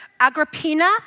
Agrippina